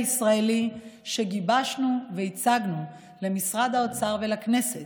הישראלי שגיבשנו והצגנו למשרד האוצר ולכנסת,